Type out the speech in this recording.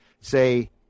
say